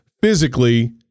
physically